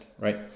right